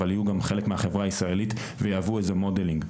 אבל יהיו גם חלק מהחברה הישראלית ויעברו איזה מודלים.